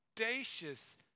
audacious